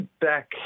back